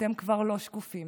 אתם כבר לא שקופים.